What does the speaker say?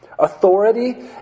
Authority